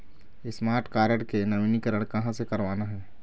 Smart card के नवीनीकरण कहां से करवाना हे?